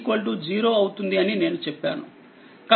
v ∞0 అవుతుంది అని నేను చెప్పాను